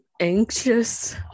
anxious